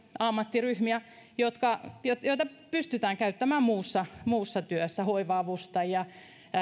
ammattiryhmiä joita pystytään käyttämään muussa muussa työssä hoiva avustajia